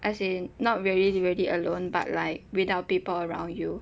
as in not really really alone but like without people around you